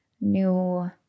new